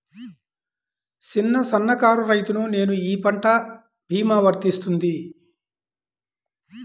చిన్న సన్న కారు రైతును నేను ఈ పంట భీమా వర్తిస్తుంది?